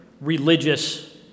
religious